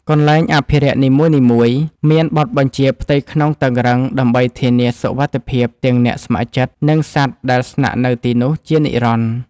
កន្លែងអភិរក្សនីមួយៗមានបទបញ្ជាផ្ទៃក្នុងតឹងរ៉ឹងដើម្បីធានាសុវត្ថិភាពទាំងអ្នកស្ម័គ្រចិត្ត និងសត្វដែលស្នាក់នៅទីនោះជានិរន្តរ៍។